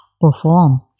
perform